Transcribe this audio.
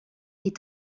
est